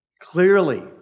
Clearly